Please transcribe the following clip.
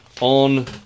on